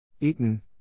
Eaton